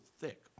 thick